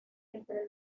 entre